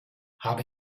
habe